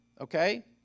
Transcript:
Okay